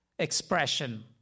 Expression